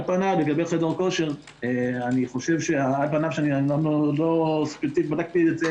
על פניו, לגבי חדר הכושר עוד לא בדקתי את זה